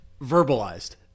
verbalized